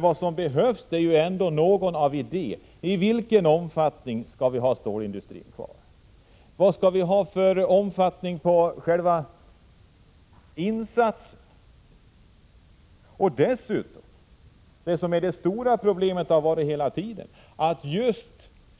Vad som behövs är ju ändå något av en idé: I vilken omfattning skall vi ha stålindustrin kvar? Vad skall vi ha för omfattning på själva insatsen? Och det stora problemet, som funnits hela tiden, är att just